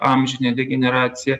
amžinė degeneracija